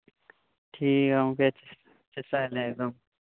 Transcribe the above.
ᱴᱷᱤᱠ ᱜᱮᱭᱟ ᱜᱚᱝᱠᱮ ᱢᱟ ᱛᱟᱦᱞᱮ ᱮᱠᱫᱚᱢ